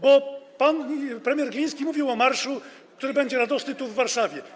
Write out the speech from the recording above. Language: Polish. Bo pan premier Gliński mówił o marszu, który będzie radosny tu, w Warszawie.